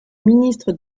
ministre